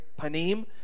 Panim